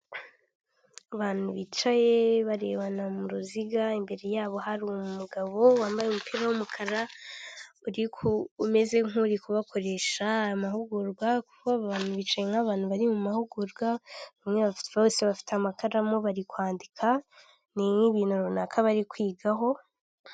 Abantu bicaye barebana mu ruziga, imbere yabo hari umugabo wambaye umupira w'umukara umeze nk'uri kubakoresha amahugurwa, kuko abantu bicaye nk'abantu bari mu mahugurwa bose bafite amakaramu bari kwandika ni nk'ibintu runaka bari kwigaho.